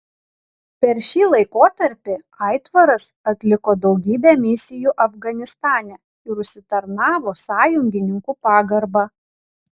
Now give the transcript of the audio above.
per šį laikotarpį aitvaras atliko daugybę misijų afganistane ir užsitarnavo sąjungininkų pagarbą